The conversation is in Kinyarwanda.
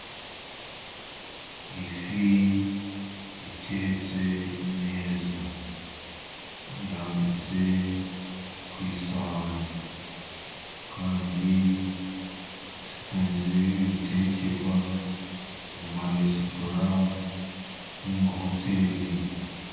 Ifi itetse neza. Irambitse ku isahane kandi zikunze gutekera mu maresitora cyangwa mu mahoteri.